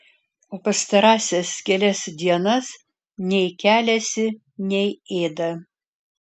o pastarąsias kelias dienas nei keliasi nei ėda